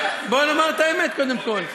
בוא נאמר את האמת קודם כול,